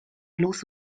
luz